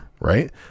right